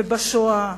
ובשואה,